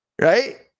right